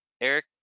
Eric